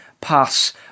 pass